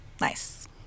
Nice